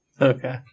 Okay